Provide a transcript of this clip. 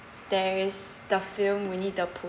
there is the film winnie the pooh